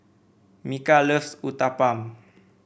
Micah loves Uthapam